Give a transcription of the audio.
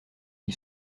qui